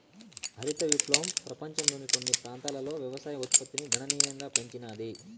హరిత విప్లవం పపంచంలోని కొన్ని ప్రాంతాలలో వ్యవసాయ ఉత్పత్తిని గణనీయంగా పెంచినాది